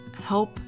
help